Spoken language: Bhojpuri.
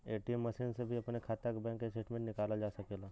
ए.टी.एम मसीन से भी अपने खाता के बैंक स्टेटमेंट निकालल जा सकेला